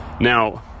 Now